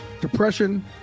Depression